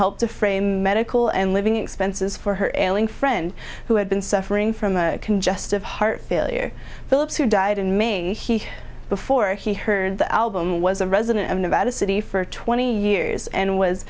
help to frame medical and living expenses for her friend who had been suffering from a congestive heart failure phillips who died in may he before he heard the album was a resident of nevada city for twenty years and was